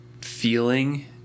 feeling